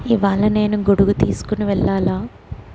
ఇవాళ నేను గొడుగు తీసుకుని వెళ్ళాలా